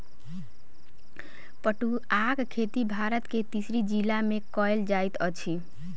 पटुआक खेती भारत के तिरासी जिला में कयल जाइत अछि